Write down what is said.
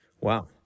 Wow